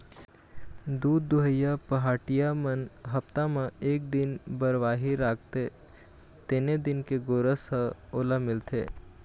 दूद दुहइया पहाटिया मन हप्ता म एक दिन बरवाही राखते तेने दिन के गोरस ह ओला मिलथे